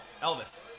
Elvis